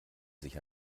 sich